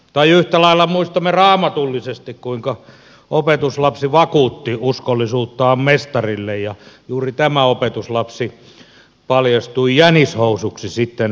tai yhtä lailla muistamme raamatullisesti kuinka opetuslapsi vakuutti uskollisuuttaan mestarille ja juuri tämä opetuslapsi paljastui jänishousuksi sitten tositilanteessa